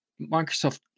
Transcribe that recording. Microsoft